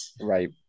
Right